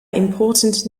important